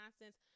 nonsense